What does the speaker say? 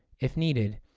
if needed,